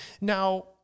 Now